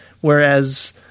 Whereas